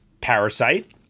Parasite